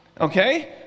Okay